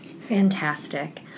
Fantastic